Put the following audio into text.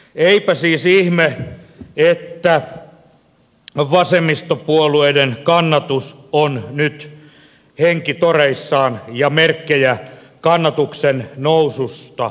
eipä siis ihme että vasemmistopuolueiden kannatus on nyt henkitoreissaan ja merkkejä kannatuksen noususta ei ole